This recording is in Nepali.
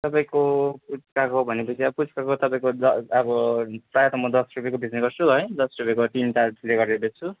तपाईँको पुच्काको भनेपछि अब पुच्काको तपाईँको दस अब प्रायः त म दस रुपियाँको बेच्ने गर्छु है दस रुपियाँको तिनवटाले गरेर बेच्छु